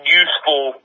useful